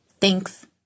Thanks